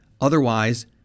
Otherwise